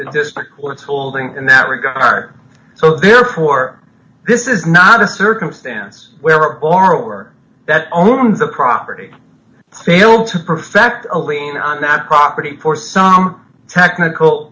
the district court's holding in that regard so therefore this is not a circumstance where a borrower that owns the property feel to perfect a lien on that property for some technical